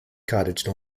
cottage